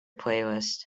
playlist